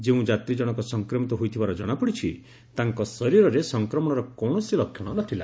ଯେଉଁ ଯାତୀଜଣଙ୍କ ସଂକ୍ମିତ ହୋଇଥିବାର ଜଣାପଡ଼ିଛି ତାଙ୍କ ଶରୀରରେ ସଂକ୍ରମଣର କୌଣସି ଲକ୍ଷଣ ନଥିଲା